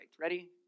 Ready